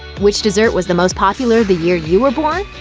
which dessert was the most popular the year you were born?